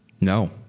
No